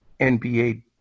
NBA